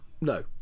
No